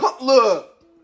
look